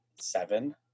seven